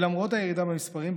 למרות הירידה במספרים,